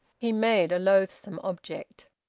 he made a loathsome object.